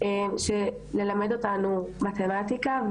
ללמד אותנו מתמטיקה,